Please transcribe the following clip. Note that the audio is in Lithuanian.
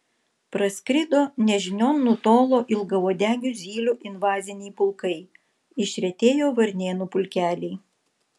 praskrido nežinion nutolo ilgauodegių zylių invaziniai pulkai išretėjo varnėnų pulkeliai